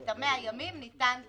את 100 הימים ניתן לחלק.